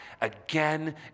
again